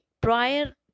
prior